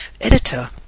editor